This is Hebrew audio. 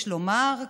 יש לומר,